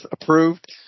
approved